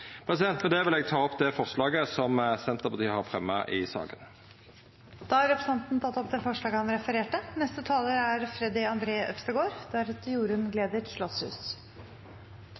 det vil eg ta opp det forslaget Senterpartiet har fremja i saka. Representanten Geir Pollestad har tatt opp det forslaget han refererte